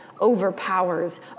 Overpowers